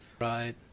Right